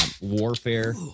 warfare